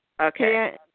Okay